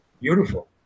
Beautiful